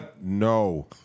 No